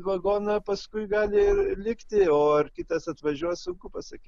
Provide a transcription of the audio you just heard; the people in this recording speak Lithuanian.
vagoną paskui gali ir likti o ar kitas atvažiuos sunku pasakyt